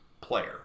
player